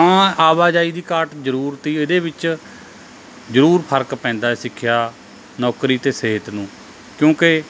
ਹਾਂ ਆਵਾਜਾਈ ਦੀ ਘਾਟ ਜ਼ਰੂਰ ਤੀ ਇਹਦੇ ਵਿੱਚ ਜ਼ਰੂਰ ਫਰਕ ਪੈਂਦਾ ਸਿੱਖਿਆ ਨੌਕਰੀ ਅਤੇ ਸਿਹਤ ਨੂੰ ਕਿਉਂਕਿ